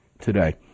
today